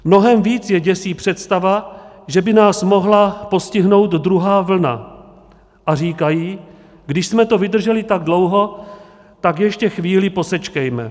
Mnohem víc je děsí představa, že by nás mohla postihnout druhá vlna, a říkají: když jsme to vydrželi tak dlouho, tak ještě chvíli posečkejme.